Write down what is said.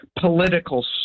political